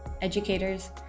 educators